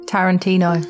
Tarantino